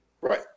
Right